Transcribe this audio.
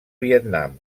vietnam